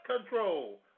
control